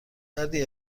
دردی